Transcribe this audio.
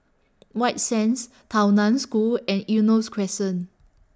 White Sands Tao NAN School and Eunos Crescent